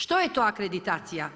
Što je to akreditacija?